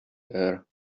there